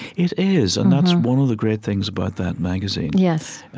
it is, and that's one of the great things about that magazine yes.